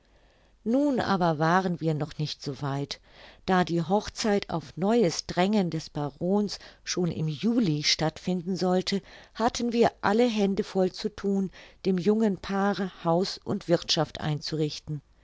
nun aber waren wir noch nicht so weit da die hochzeit auf neues drängen des barons schon im juli stattfinden sollte hatten wir alle hände voll zu thun dem jungen paare haus und wirthschaft einzurichten